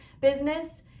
business